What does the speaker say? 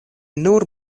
nur